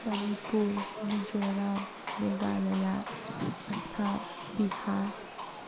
Manipur Mizoram Meghalaya Assam Bihar